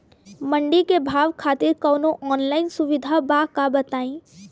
मंडी के भाव खातिर कवनो ऑनलाइन सुविधा बा का बताई?